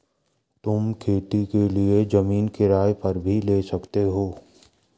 तुम खेती के लिए जमीन किराए पर भी ले सकते हो